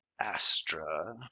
Astra